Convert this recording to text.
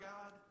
God